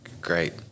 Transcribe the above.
Great